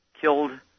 killed